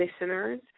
listeners